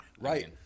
right